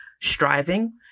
striving